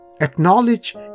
acknowledge